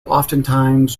oftentimes